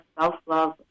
self-love